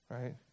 right